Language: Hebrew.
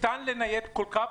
ניתן לנייד כל קו.